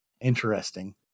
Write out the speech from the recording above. Interesting